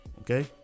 Okay